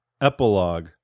Epilogue